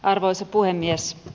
arvoisa puhemies